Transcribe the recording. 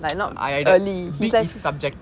ideally big is subjective